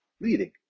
leading